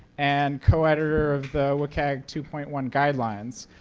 and co-editor of the wcag two point one guidelines.